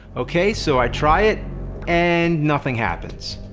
okay, so i try it and. nothing happens.